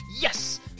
Yes